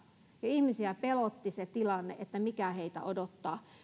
ja ihmisiä pelotti se tilanne että mikä heitä odottaa